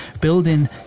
building